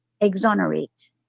Exonerate